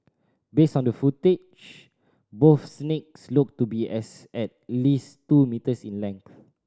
based on the footage both snakes looked to be as at least two metres in length